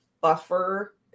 buffer